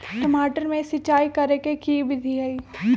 टमाटर में सिचाई करे के की विधि हई?